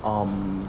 um